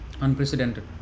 unprecedented